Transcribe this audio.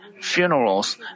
funerals